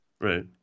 Right